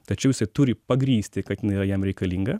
tačiau jisai turi pagrįsti kad jinai yra jam reikalinga